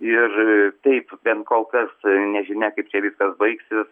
ir taip bent kol kas nežinia kaip čia viskas baigsis